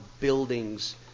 buildings